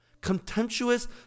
Contemptuous